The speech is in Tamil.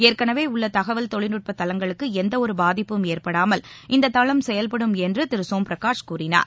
ஏற்கெனவே உள்ள தகவல் தொழில்நுட்ப தளங்களுக்கு எந்தவொரு பாதிப்பும் ஏற்படாமல் இந்த தளம் செயல்படும் என்று திரு சோம் பிரகாஷ் கூறினார்